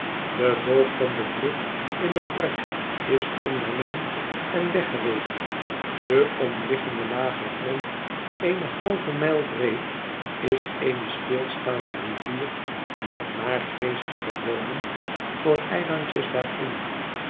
de boog van de brug in het park is ondermijnd en weggeweekt de omliggende lage grond eêne halve mijl breed is eene stilstaande rivier met naargeestige boomen voor eilandjes daarin